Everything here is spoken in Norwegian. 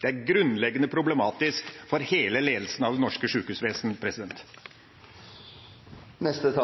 Det er grunnleggende problematisk for hele ledelsen av det norske sjukehusvesen. Det